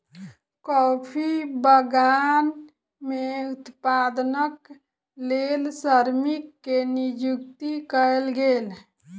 coffee बगान में उत्पादनक लेल श्रमिक के नियुक्ति कयल गेल